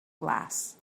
glass